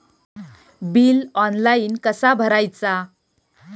Bill online कसा भरायचा?